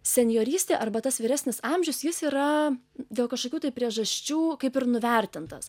senjorystė arba tas vyresnis amžius jis yra dėl kažkokių tai priežasčių kaip ir nuvertintas